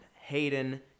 Hayden